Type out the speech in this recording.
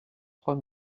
trois